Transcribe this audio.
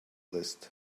list